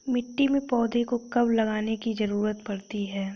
मिट्टी में पौधों को कब लगाने की ज़रूरत पड़ती है?